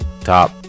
Top